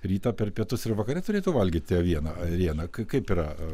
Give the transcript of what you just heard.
rytą per pietus ir vakare turėtų valgyti avieną ėrieną kaip yra